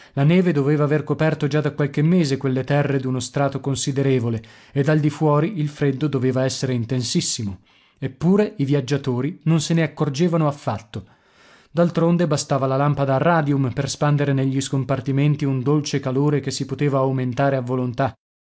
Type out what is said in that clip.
la neve doveva aver coperto già da qualche mese quelle terre d'uno strato considerevole ed al di fuori il freddo doveva essere intensissimo eppure i viaggiatori non se ne accorgevano affatto d'altronde bastava la lampada a radium per spandere negli scompartimenti un dolce calore che si poteva aumentare a volontà